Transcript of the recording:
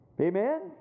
Amen